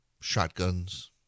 shotguns